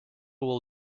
will